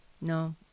No